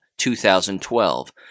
2012